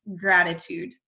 gratitude